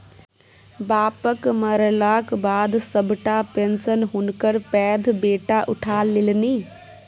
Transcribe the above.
बापक मरलाक बाद सभटा पेशंन हुनकर पैघ बेटा उठा लेलनि